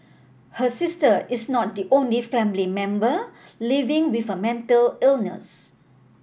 her sister is not the only family member living with a mental illness